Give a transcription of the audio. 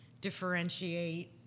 differentiate